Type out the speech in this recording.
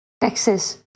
Texas